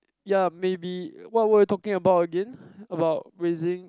ya maybe what were we talking about again about raising